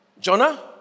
Jonah